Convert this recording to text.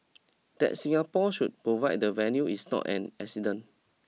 that Singapore should provide the venue is not an accident